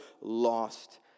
lost